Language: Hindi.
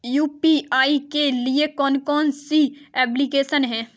यू.पी.आई के लिए कौन कौन सी एप्लिकेशन हैं?